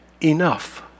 enough